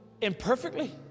imperfectly